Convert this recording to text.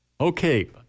Okay